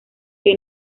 que